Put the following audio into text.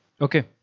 Okay